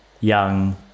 young